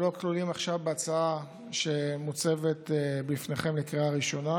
לא כלולים עכשיו בהצעה שמוצבת בפניכם לקריאה ראשונה.